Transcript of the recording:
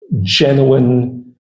genuine